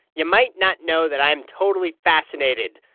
you might not know that i am totally fascinated,